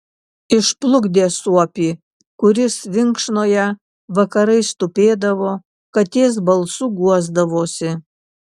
išplukdė suopį kuris vinkšnoje vakarais tupėdavo katės balsu guosdavosi